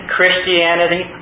Christianity